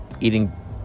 Eating